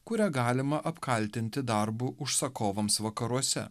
kurią galima apkaltinti darbu užsakovams vakaruose